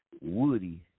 Woody